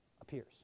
appears